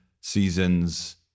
seasons